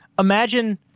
Imagine